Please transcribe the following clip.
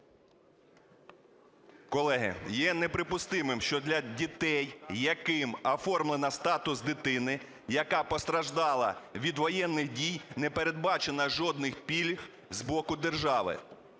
Колеги, є неприпустимим, що для дітей, яким оформлено статус дитини, яка постраждала від воєнних дій, не передбачено жодних пільг з боку держави.